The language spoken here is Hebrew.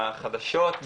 בחדשות,